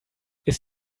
ist